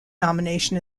nomination